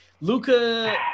Luca